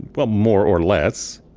well, more or less.